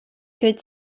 could